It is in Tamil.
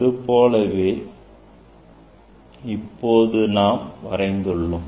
அதுபோலவே இப்போது நாம் வரைந்துள்ளோம்